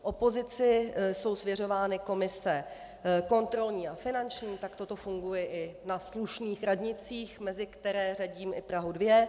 Opozici jsou svěřovány komise kontrolní a finanční, takto to funguje i na slušných radnicích, mezi které řadím i Prahu 2.